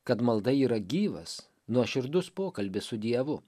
kad malda yra gyvas nuoširdus pokalbis su dievu